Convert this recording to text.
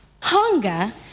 hunger